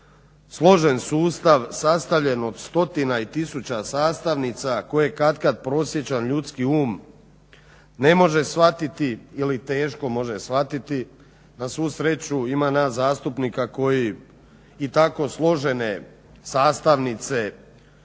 složen sustav sastavljen od stotina i tisuća sastavnica koje katkada prosječan ljudski um ne može shvatiti ili teško može shvatiti. Na svu sreću ima nas zastupnika koji i tako složene sastavnice i zadaćnice